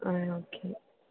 ആ ഓക്കെ